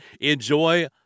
Enjoy